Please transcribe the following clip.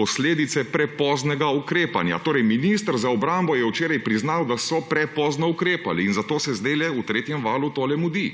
posledice prepoznega ukrepanja.« Minister za obrambo je torej včeraj priznal, da so prepozno ukrepali, in zato se zdajle, v tretjem valu s temle mudi.